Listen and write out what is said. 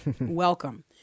Welcome